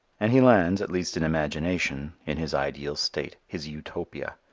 and he lands, at least in imagination, in his ideal state, his utopia.